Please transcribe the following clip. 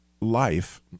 life